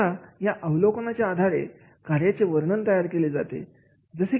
आता या अवलोकनाच्या आधारे कार्याचे वर्णन तयार केले जाते